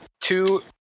Two